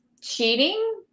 cheating